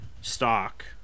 stock